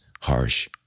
harsh